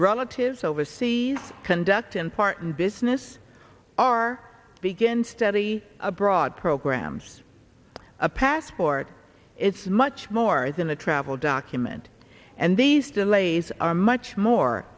relatives overseas conduct important business are begin study abroad programs a passport it's much more than a travel document and these delays are much more